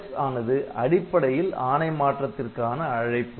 BLX ஆனது அடிப்படையில் ஆணை மாற்றத்திற்கான அழைப்பு